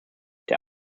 der